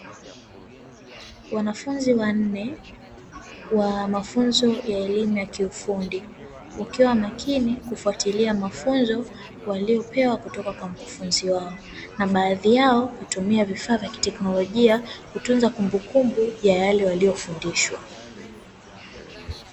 Wanafunzi wanne wa mafunzo ya elimu ya kiufundi, wakiwa makini kufuatilia mafunzo waliyopewa kutoka kwa mkufunzi wao, na baadhi yao hutumia vifaa vya kiteknolojia kutunza kumbukumbu ya yale waliyofundishwa.